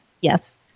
Yes